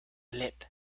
lip